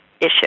issue